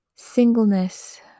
Singleness